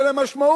שאין להם משמעות,